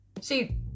See